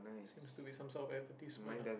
seems to be some sort of advertisement ah